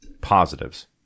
Positives